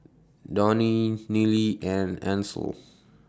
Donie Nealy and Ancel